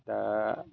दा